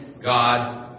God